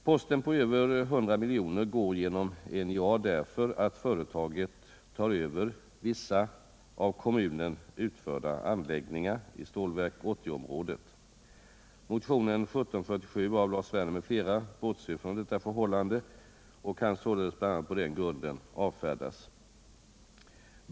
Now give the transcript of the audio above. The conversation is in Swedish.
Posten på över 100 miljoner går genom NJA, därför att företaget tar över vissa av kommunen utförda anläggningar i Stålverk 80-området. Motionen 1747 av Lars Werner m.fl. bortser från detta förhållande och kan således bl.a. på den grunden avfärdas.